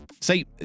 See